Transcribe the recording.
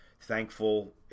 thankful